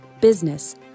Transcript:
business